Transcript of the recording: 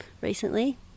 recently